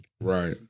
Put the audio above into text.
Right